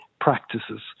practices